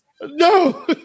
No